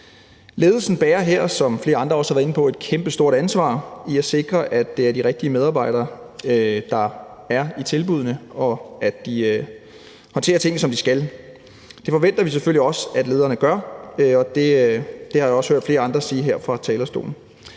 Ledelsen bærer her, som flere andre også har været inde på, et kæmpestort ansvar i at sikre, at det er de rigtige medarbejdere, der er ansat i tilbuddene, og at de håndterer tingene, som de skal. Det forventer vi selvfølgelig også at lederne gør, og det har jeg også hørt flere andre sige her fra talerstolen.